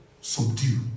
subdue